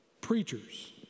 preachers